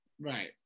Right